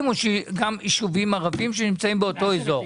ואין ישובים ערביים שנמצאים באותו אזור?